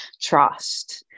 trust